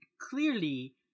clearly